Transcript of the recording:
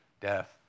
death